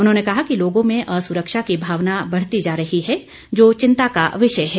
उन्होंने कहा कि लोगों में असुरक्षा की भावना बढ़ती जा रही है जो चिंता का विषय है